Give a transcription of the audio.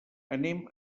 anem